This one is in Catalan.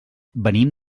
venim